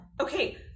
Okay